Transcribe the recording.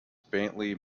faintly